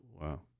Wow